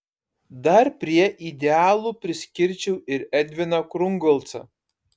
dar prie idealų priskirčiau ir edviną krungolcą